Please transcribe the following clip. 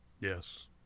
Yes